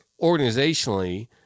organizationally